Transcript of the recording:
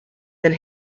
than